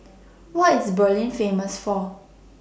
What IS Berlin Famous For